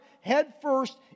headfirst